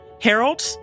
Harold